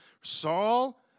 Saul